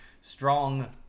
strong